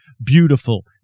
Beautiful